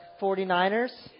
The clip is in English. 49ers